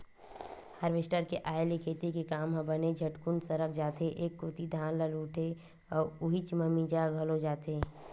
harvester के आय ले खेती के काम ह बने झटकुन सरक जाथे एक कोती धान ल लुथे अउ उहीच म मिंजा घलो जथे